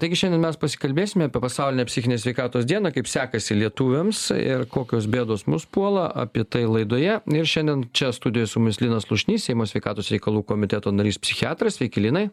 taigi šiandien mes pasikalbėsime apie pasaulinę psichinės sveikatos dieną kaip sekasi lietuviams ir kokios bėdos mus puola apie tai laidoje ir šiandien čia studijoj su mumis linas slušnys seimo sveikatos reikalų komiteto narys psichiatras sveiki linai